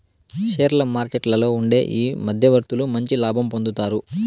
షేర్ల మార్కెట్లలో ఉండే ఈ మధ్యవర్తులు మంచి లాభం పొందుతారు